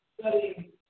studying